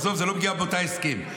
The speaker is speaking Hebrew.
עזוב, זאת לא פגיעה באותו הסכם.